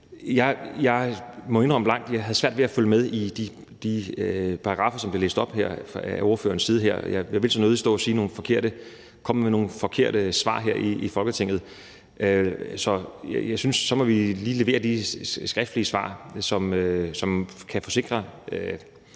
blankt indrømme, at jeg havde svært ved at følge med i de paragraffer, som blev læst op her fra ordførerens side. Jeg vil så nødig stå og komme med nogle forkerte svar her i Folketinget, så jeg synes, at vi så lige må levere de skriftlige svar, som kan forsikre